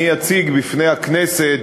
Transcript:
אני אציג בפני הכנסת,